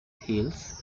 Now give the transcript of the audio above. hills